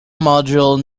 module